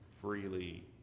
freely